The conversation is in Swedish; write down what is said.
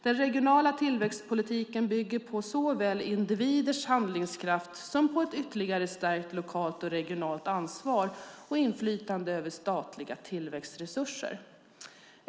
Den regionala tillväxtpolitiken bygger på såväl individers handlingskraft som ett ytterligare stärkt lokalt och regionalt ansvar och inflytande över statliga tillväxtresurser.